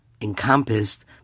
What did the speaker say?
encompassed